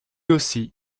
aussi